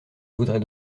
voudrais